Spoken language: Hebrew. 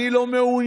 אני לא מעוניין,